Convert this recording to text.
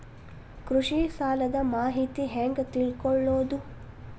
ಕೃಷಿ ಸಾಲದ ಮಾಹಿತಿ ಹೆಂಗ್ ತಿಳ್ಕೊಳ್ಳೋದು?